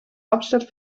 hauptstadt